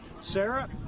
Sarah